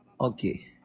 Okay